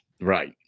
Right